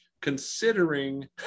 considering